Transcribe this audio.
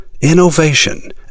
innovation